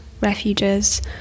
refuges